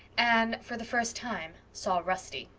anne, for the first time, saw rusty.